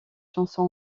chanson